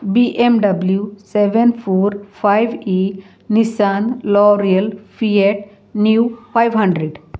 बी M W seven four five E Nissan L'Oreal Fiat नीव five hundred